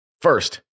first